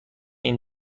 این